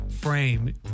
frame